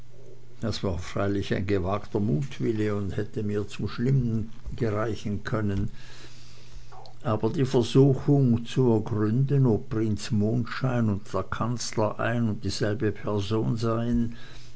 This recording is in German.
das war freilich ein gewagter mutwille und hätte mir zum schlimmen gereichen können aber die versuchung zu ergründen ob prinz mondschein und der kanzler ein und dieselbe person seien